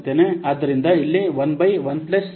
ಆದ್ದರಿಂದ ಇಲ್ಲಿ ಇದು 1 ಬೈ 1 ಪ್ಲಸ್ 0